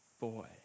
boy